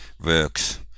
works